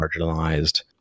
marginalized